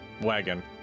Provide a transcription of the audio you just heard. Wagon